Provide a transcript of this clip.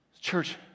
Church